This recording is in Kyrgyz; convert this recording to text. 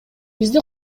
бизди